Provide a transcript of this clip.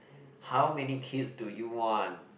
how many kids do you want